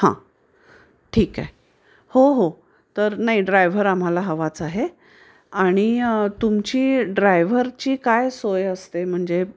हां ठीक आहे हो हो तर नाही ड्रायव्हर आम्हाला हवाच आहे आणि तुमची ड्रायव्हरची काय सोय असते म्हणजे